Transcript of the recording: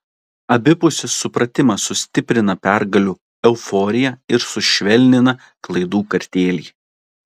abipusis supratimas sustiprina pergalių euforiją ir sušvelnina klaidų kartėlį